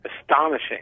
astonishing